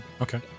okay